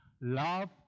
love